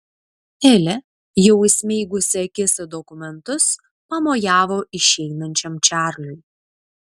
elė jau įsmeigusi akis į dokumentus pamojavo išeinančiam čarliui